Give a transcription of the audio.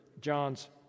John's